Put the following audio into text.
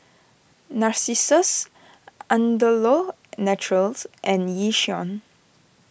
Narcissus Andalou Naturals and Yishion